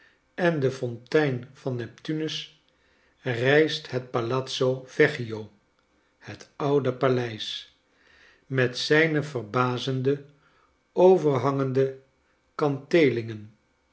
en de fontein van neptunus rijst het palazzo vecchio het oude paleis met zijne verbazende overhangende